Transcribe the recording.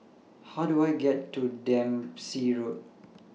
How Do I get to Dempsey Road